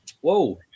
Whoa